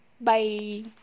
Bye